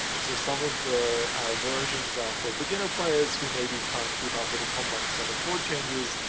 so, some of the versions are for beginner players who maybe can't keep up with a complex set of chord changes.